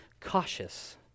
cautious